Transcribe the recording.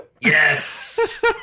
Yes